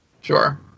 Sure